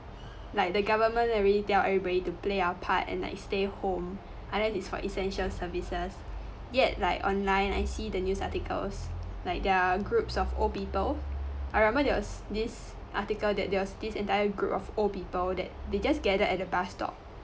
like the government already tell everybody to play our part and like stay home unless is for essential services yet like online I see the news articles like there are groups of old people I remember there was this article that there was this entire group of old people that they just gathered at the bus stop